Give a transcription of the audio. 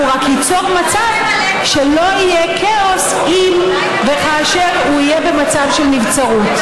הוא רק יצור מצב שלא יהיה כאוס אם וכאשר הוא יהיה במצב של נבצרות.